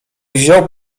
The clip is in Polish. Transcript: wziął